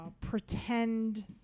pretend